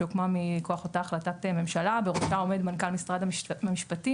שהוקמה מכוח אותה החלטת ממשלה בראשה עומד מנכ"ל משרד המשפטים,